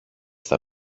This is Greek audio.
στα